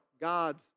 God's